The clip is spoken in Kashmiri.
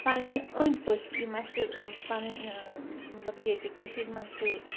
پنٛنہِ أنٛدۍ پٔکۍ یِم اَسہِ پَنٕنۍ مطلب ییٚتہِ کٔشیٖرِ منٛز چھُ